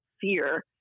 fear